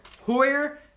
Hoyer